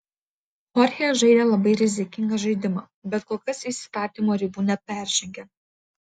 chorchė žaidė labai rizikingą žaidimą bet kol kas įstatymo ribų neperžengė